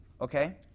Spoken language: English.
Okay